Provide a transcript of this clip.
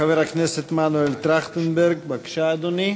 חבר הכנסת מנואל טרכטנברג, בבקשה, אדוני.